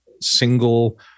single